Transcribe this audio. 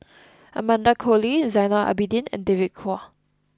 Amanda Koe Lee Zainal Abidin and David Kwo